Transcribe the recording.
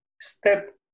step